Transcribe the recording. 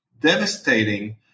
devastating